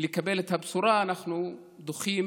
לקבל את הבשורה אנחנו דוחים